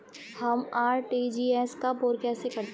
हम आर.टी.जी.एस कब और कैसे करते हैं?